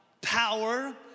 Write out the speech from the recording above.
power